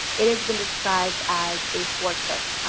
it has been described as a fortress.